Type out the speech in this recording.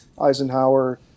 Eisenhower